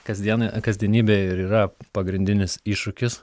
kasdiena kasdienybė ir yra pagrindinis iššūkis